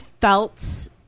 felt